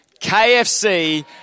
KFC